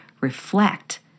reflect